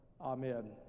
Amen